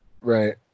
Right